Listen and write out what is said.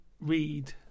read